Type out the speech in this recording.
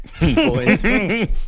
boys